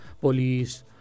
police